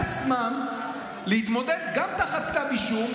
הם מרשים לעצמם להתמודד גם תחת כתב אישום,